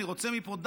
אני רוצה מפה,